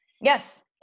yes